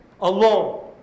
alone